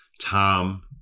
Tom